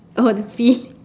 oh the feeling